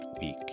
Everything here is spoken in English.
week